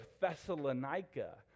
Thessalonica